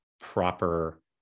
proper